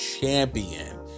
champion